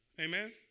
Amen